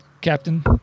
Captain